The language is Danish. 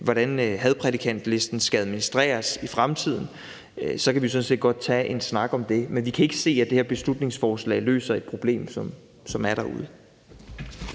hvordan hadprædikantlisten skal administreres i fremtiden, så kan vi sådan set godt tage en snak om det. Men vi kan ikke se, at det her beslutningsforslag løser et problem, som er derude.